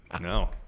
no